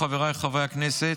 הצענו, חבריי חברי הכנסת,